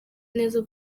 neza